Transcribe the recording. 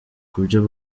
kubyo